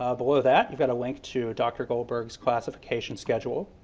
ah below that, you've got a link to dr. goldberg's classification schedule